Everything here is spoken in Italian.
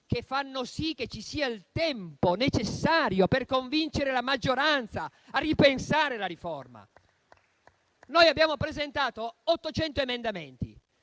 che fanno sì che ci sia il tempo necessario per convincere la maggioranza a ripensare la riforma. Abbiamo presentato 800 emendamenti,